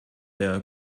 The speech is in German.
der